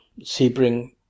Sebring